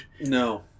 No